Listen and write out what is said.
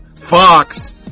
Fox